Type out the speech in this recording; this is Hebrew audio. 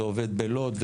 זה עובד בלוד.